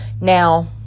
Now